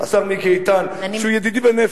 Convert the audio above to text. השר מיקי איתן, שהוא ידידי בנפש,